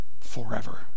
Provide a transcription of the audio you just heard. forever